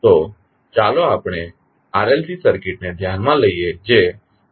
તો ચાલો આપણે RLC સર્કિટને ધ્યાનમાં લઈએ જે આકૃતિ માં આપવામાં આવી છે